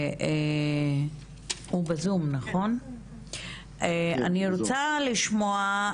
אני רוצה לשמוע,